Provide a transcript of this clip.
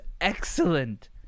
excellent